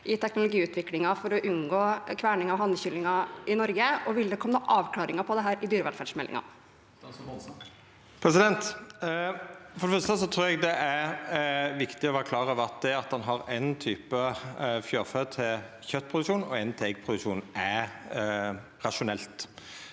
i teknologiutviklingen for å unngå kverning av hanekyllinger i Norge, og vil det komme avklaringer på dette i dyrevelferdsmeldingen? Statsråd Geir Pollestad For det fyrste trur eg det er viktig å vera klar over at det at ein har éin type fjørfe til kjøttproduksjon og éin til eggproduksjon, er rasjonelt.